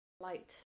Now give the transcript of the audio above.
light